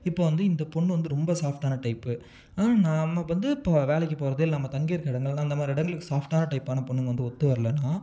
இப்போ வந்து இந்த பெண்ணு வந்து ரொம்ப சாஃப்ட்டான டைப்பு ஆனால் நாம் வந்து இப்போ வேலைக்கு போகிறது நம்ம தங்கியிருக்குற இடங்கள் அந்த மாதிரி இடங்களுக்கு சாஃப்ட்டான டைப்பான பெண்ணுங்க வந்து ஒத்து வர்லைனா